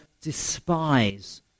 despise